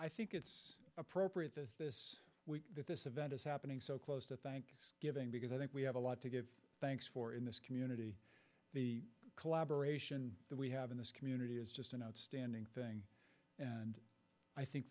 i think it's appropriate that this week that this event is happening so close to thanksgiving because i think we have a lot to give thanks for in this community the collaboration that we have in this community is just an outstanding thing and i think